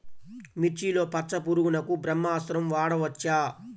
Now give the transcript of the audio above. మిర్చిలో పచ్చ పురుగునకు బ్రహ్మాస్త్రం వాడవచ్చా?